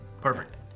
Perfect